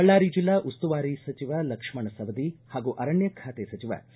ಬಳ್ಳಾರಿ ಜಿಲ್ಲಾ ಉಸ್ತುವಾರಿ ಸಚಿವ ಲಕ್ಷ್ಮಣ ಸವದಿ ಹಾಗೂ ಅರಣ್ಯ ಖಾತೆ ಸಚಿವ ಸಿ